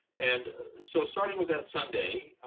and so starting with that sunday,